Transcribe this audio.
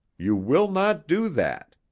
you will not do that!